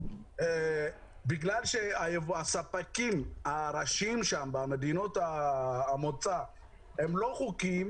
בגלל שהספקים הראשיים שם במדינות המוצא הם לא חוקיים,